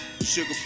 Sugar